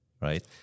right